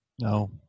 No